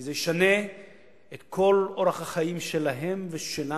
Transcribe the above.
כי זה ישנה את כל אורח החיים שלהם ושלנו.